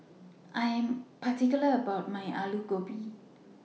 I Am particular about My Alu Gobi